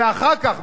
ואחר כך,